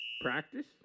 Practice